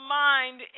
mind